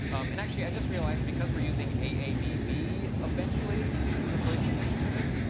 and actually i just realized, because we're using a, a, b, b eventually to do the collision detection for this,